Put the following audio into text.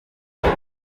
cyose